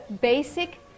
basic